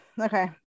okay